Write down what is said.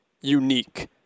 unique